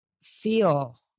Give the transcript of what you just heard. feel